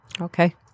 Okay